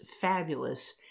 fabulous